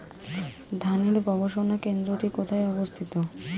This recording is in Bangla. ধানের গবষণা কেন্দ্রটি কোথায় অবস্থিত?